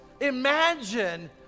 imagine